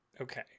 okay